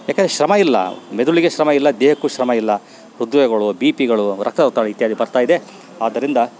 ಯಾಕಂದ್ರೆ ಶ್ರಮಯಿಲ್ಲ ಮೆದುಳಿಗೆ ಶ್ರಮಯಿಲ್ಲ ದೇಹಕ್ಕು ಶ್ರಮಯಿಲ್ಲ ಹೃದ್ರೋಗಗಳು ಬಿ ಪಿಗಳು ರಕ್ತದೊತ್ತಡ ಇತ್ಯಾದಿ ಬರ್ತಾಯಿದೆ ಆದ್ದರಿಂದ